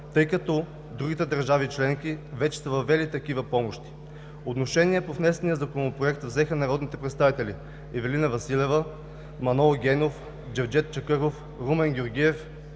тъй като другите държави членки вече са въвели такива помощи. Отношение по внесения законопроект взеха народните представители Ивелина Василева, Манол Генов, Джевдет Чакъров, Румен Георгиев